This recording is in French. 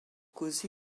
causé